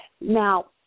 Now